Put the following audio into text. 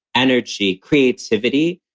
energy, creativity.